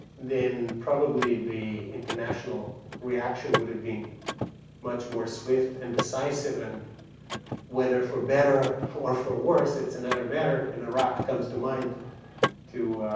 then probably the international reaction would have been much more swift and decisive and whether for better or for worse, it's another matter, and iraq comes to mind